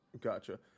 Gotcha